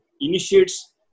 initiates